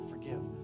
Forgive